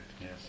yes